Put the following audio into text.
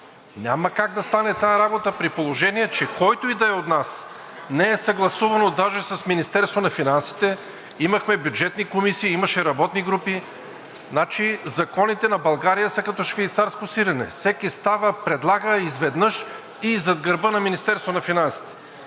Няма как да стане тая работа, при положение че който и да е от нас – не е съгласувано даже с Министерството на финансите, имахме бюджетни комисии, имаше работни групи, значи законите на България са като швейцарско сирене – всеки става, предлага изведнъж и зад гърба на Министерството на финансите.